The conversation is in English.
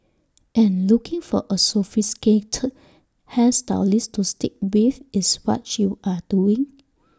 and looking for A sophisticated hair stylist to stick with is what you are doing